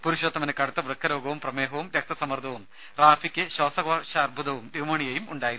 പുരുഷോത്തമന് കടുത്ത വൃക്കരോഗവും പ്രമേഹവും രക്തസമ്മർദ്ദവും റാഫിക്ക് ശ്വാസകോശാർബുദവും ന്യൂമോണിയയും ഉണ്ടായിരുന്നു